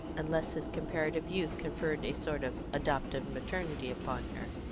unless his comparative youth conferred a sort of adoptive maternity upon her.